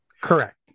Correct